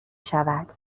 شود